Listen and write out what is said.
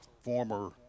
former